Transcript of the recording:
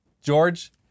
George